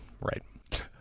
right